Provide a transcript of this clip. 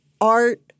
art